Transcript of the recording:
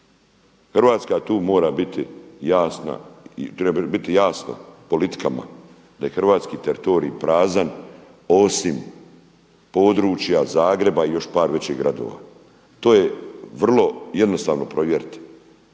jasna i treba biti jasno politikama da je hrvatski teritorij prazan osim područja Zagreba i još par većih gradova. To je vrlo jednostavno provjeriti,